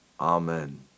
Amen